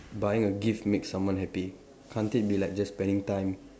buying a gift makes someone happy can't it be like just spending time